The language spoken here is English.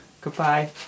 goodbye